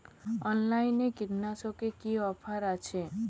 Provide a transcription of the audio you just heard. অনলাইনে কীটনাশকে কি অফার আছে?